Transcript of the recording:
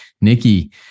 Nikki